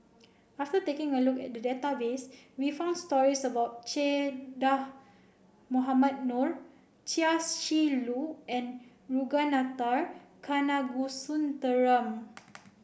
after taking a look at the database we found stories about Che Dah Mohamed Noor Chia Shi Lu and Ragunathar Kanagasuntheram